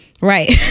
right